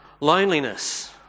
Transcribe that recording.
Loneliness